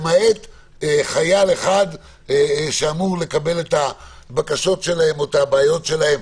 למעט חייל אחד שאמור לקבל את הבקשות שלהם או את הבעיות שלהם,